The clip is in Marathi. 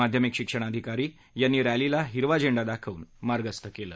माध्यमीक शिक्षणाधिकारी यांनी रस्तीला हिरवी झेंडी दाखवून मार्गस्थ केले